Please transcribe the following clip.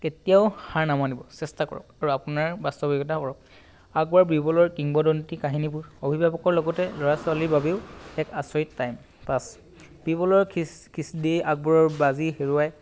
কেতিয়াও হাৰ নেমানিম চেষ্টা কৰক আৰু আপোনাৰ বাস্তবিকতা কৰক আকবৰ বীৰবলৰ কিংবদন্তি কাহিনীবোৰ অভিভাৱকৰ লগতে ল'ৰা ছোৱালীৰ বাবেও এক আচৰিত টাইম পাছ বীৰবলৰ দি আকবৰৰ বাজি হেৰুৱাই